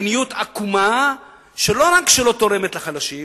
מדיניות עקומה שלא רק שלא תורמת לחלשים,